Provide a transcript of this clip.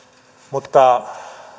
mutta